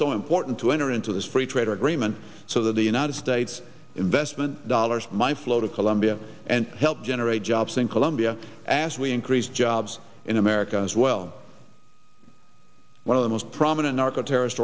so important to enter into this free trade agreement so that the united states investment dollars my flow to colombia and help generate jobs in colombia ass we increase jobs in america as well one of the most prominent narco terrorist